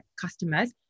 customers